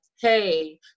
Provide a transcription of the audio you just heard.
hey